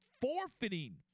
forfeiting